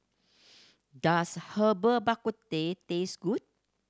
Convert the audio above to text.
does Herbal Bak Ku Teh taste good